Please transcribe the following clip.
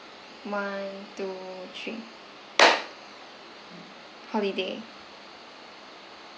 one two three holiday